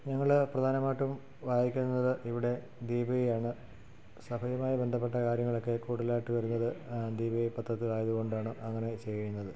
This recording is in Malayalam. ഞങ്ങൾ പ്രധാനമായിട്ടും വായിക്കുന്നത് ഇവിടെ ദീപികയാണ് സഭയുമായി ബന്ധപ്പെട്ട കാര്യങ്ങളൊക്കെ കൂടുതലായിട്ടു വരുന്നത് ദീപിക പത്രത്തിലായതു കൊണ്ടാണ് അങ്ങനെ ചെയ്യുന്നത്